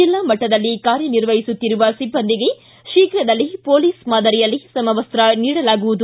ಜಿಲ್ಲಾ ಮಟ್ಟದಲ್ಲಿ ಕಾರ್ಯ ನಿರ್ವಹಿಸುತ್ತಿರುವ ಸಿಬ್ಬಂದಿಗೆ ಶೀಘ್ರದಲ್ಲೇ ಪೊಲೀಸ್ ಮಾದರಿಯಲ್ಲಿ ಸಮವಸ್ತ ನೀಡಲಾಗುವುದು